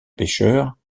pécheurs